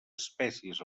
espècies